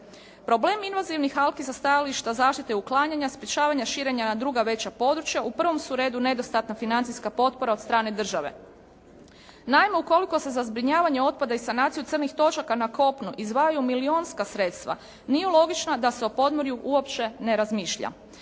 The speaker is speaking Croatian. Problem invazvinih algi sa stajališta zaštite i uklanjanja, sprečavanja širenja na druga veća područja u prvom su redu nedostatna financijska potpora od strane države. Naime ukoliko se za zbrinjavanje otpada i sanaciju crnih točaka na kopnu izdvajaju milijunska sredstva nije logično da se o podmorju uopće ne razmišlja.